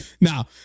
Now